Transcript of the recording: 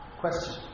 question